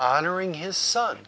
honoring his son